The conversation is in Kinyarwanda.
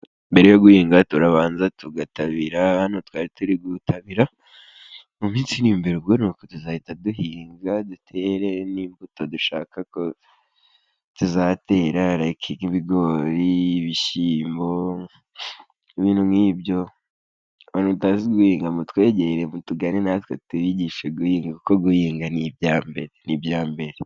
Mbere yo guhinga turabanza tugatabira, hano twari turi gutabira, mu minsi iri imbere ubwo ni uko tuzahita duhinga, dutere n'imbuto dushaka ko tuzatera, rayike nk'ibigori, ibishyimbo, ibintu nk'ibyo, abantu mutazi guhinga mutwegere mutugane natwe tubigishe guhinga kuko guhinga ni ibyambere, ni ibyambere.